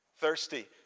Thirsty